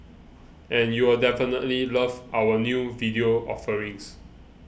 and you'll definitely love our new video offerings